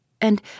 and